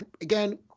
again